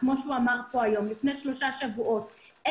לפני שלושה שבועות,